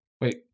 Wait